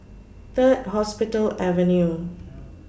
Third Hospital Avenue